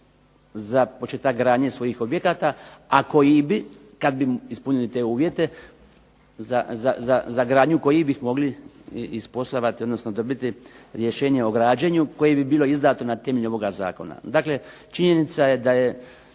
za početak gradnje svojih objekata, a koji bi kad bi ispunili te uvjete za gradnju kojih bi mogli isposlovati, odnosno dobiti rješenje o građenju, koje bi bilo izdato na temelju ovoga zakona. Dakle činjenica je da je